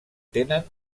tenen